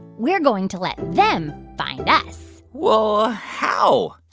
we're going to let them find us well, how?